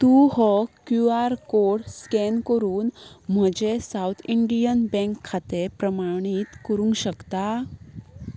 तूं हो Q R code scan करून म्हजें सावत इंडियन बँक खातें प्रमाणीत करूंक शकता